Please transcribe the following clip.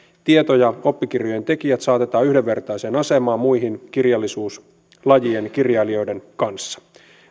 tieto ja oppikirjojen tekijät saatetaan yhdenvertaiseen asemaan muiden kirjallisuuslajien kirjailijoiden kanssa